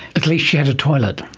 at least she had a toilet.